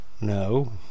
No